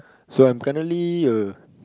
so I'm currently a